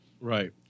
Right